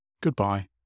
goodbye